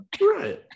right